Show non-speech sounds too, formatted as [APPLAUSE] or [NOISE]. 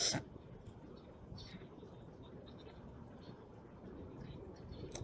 [NOISE]